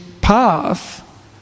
path